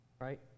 right